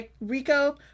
Rico